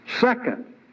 Second